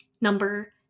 Number